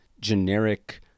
generic